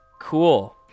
Cool